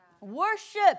Worship